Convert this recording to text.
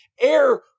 air